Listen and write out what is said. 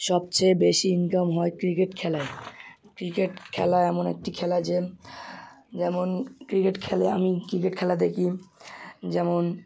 সবচেয়ে বেশি ইনকাম হয় ক্রিকেট খেলায় ক্রিকেট খেলা এমন একটি খেলা যে যেমন ক্রিকেট খেললাম ক্রিকেট খেলা দেখি যেমন